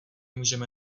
můžeme